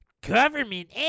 government